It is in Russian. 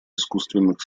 искусственных